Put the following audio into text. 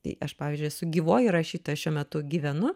tai aš pavyzdžiui esu gyvoji rašytoja šiuo metu gyvenu